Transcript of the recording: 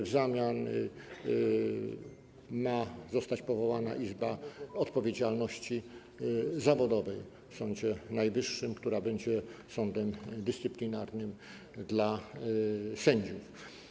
W zamian ma zostać powołana Izba Odpowiedzialności Zawodowej w Sądzie Najwyższym, która będzie sądem dyscyplinarnym dla sędziów.